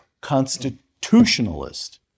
Constitutionalist